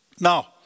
Now